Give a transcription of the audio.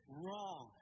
wrong